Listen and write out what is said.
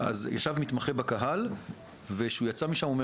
אז ישב מתמחה בקהל וכשהוא יצא משם הוא אמר